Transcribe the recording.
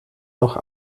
noch